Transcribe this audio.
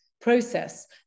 process